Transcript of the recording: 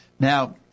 Now